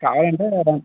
కావాలంటే